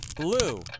blue